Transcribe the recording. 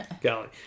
Golly